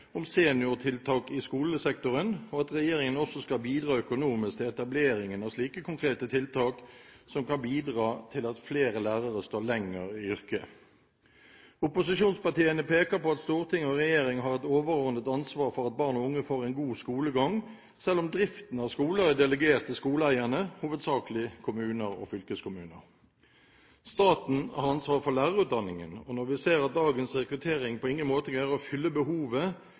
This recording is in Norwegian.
om seniortiltak i skolesektoren, og at regjeringen også skal bidra økonomisk til etableringen av slike konkrete tiltak, som kan bidra til at flere lærere står lenger i yrket. Opposisjonspartiene peker på at storting og regjering har et overordnet ansvar for at barn og unge får en god skolegang, selv om driften av skoler er delegert til skoleeierne, hovedsakelig kommuner og fylkeskommuner. Staten har ansvaret for lærerutdanningen, og når vi ser at dagens rekruttering på ingen måte greier å fylle behovet,